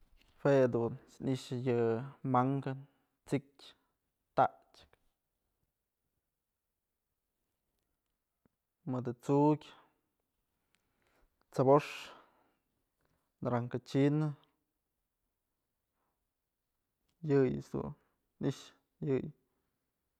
Jue dun i'ixë dun yë mankë, t'siktyë, taxkë, mëdë t'sukyë, t'sëbox, naranja china, yëyëch dun i'ixë.